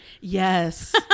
Yes